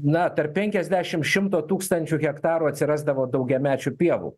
na tarp penkiasdešimt šimto tūkstančių hektarų atsirasdavo daugiamečių pievų